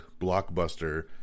blockbuster